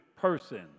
person